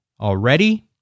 already